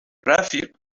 رفیق